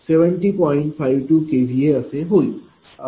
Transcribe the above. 52 kVA असे होईल